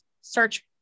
search